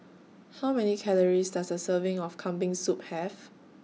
How Many Calories Does A Serving of Kambing Soup Have